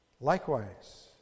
Likewise